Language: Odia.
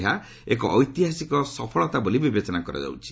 ଯାହା ଏକ ଐତିହାସିକ ସଫଳତା ବୋଲି ବିବେଚନା କରାଯାଉଛି